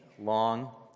long